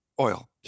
oil